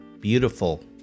beautiful